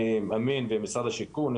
אני מאמין במשרד השיכון.